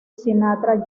sinatra